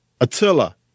Attila